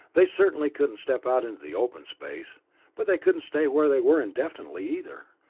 they certainly couldn't step out into the open space but they couldn't stay where they were indefinitely, either.